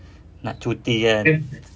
nak cuti kan